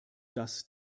das